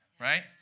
Right